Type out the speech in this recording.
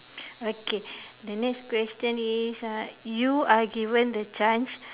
okay the next question is uh you are given the chance